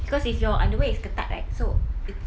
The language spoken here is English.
cause if your underwear is ketat right so it's